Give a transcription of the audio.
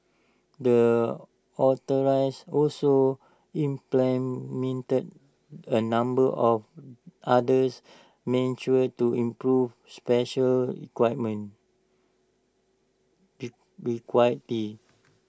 the authorites also implemented A number of others measures to improve special equipment equity